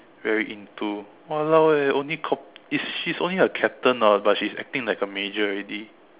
very into !walao! eh only cop~ is she's only a captain orh but she's acting like a major already